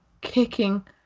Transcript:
kicking